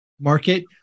market